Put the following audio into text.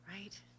right